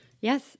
Yes